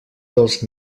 dels